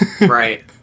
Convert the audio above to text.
Right